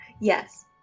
Yes